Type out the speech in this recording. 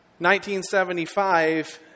1975